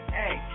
hey